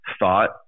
thought